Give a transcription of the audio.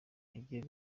hagiye